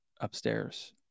upstairs